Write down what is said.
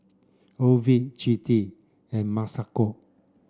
Ovid Jodi and Masako